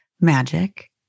magic